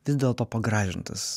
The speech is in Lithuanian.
vis dėlto pagražintas